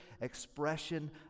expression